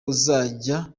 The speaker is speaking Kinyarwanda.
buzajya